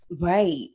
Right